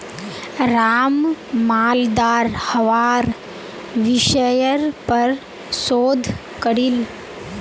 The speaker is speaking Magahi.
राम मालदार हवार विषयर् पर शोध करील